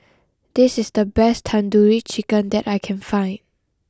this is the best Tandoori Chicken that I can find